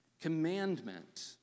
Commandment